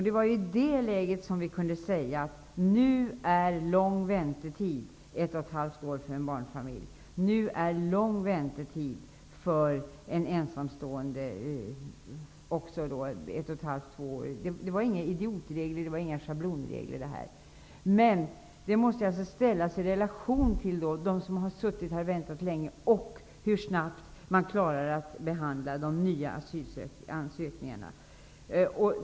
Det var i det läget som vi kunde säga att nu är ett och ett halvt år lång väntetid för en barnfamilj och ett och ett halvt till två år lång väntetid för en ensamstående. Detta var inga idiotregler eller schablonregler. Det måste ställas i relation till dem som har suttit här och väntat länge och hur snabbt man klarar att behandla de nya asylansökningarna.